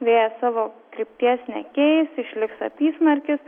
vėjas savo krypties nekeis išliks apysmarkis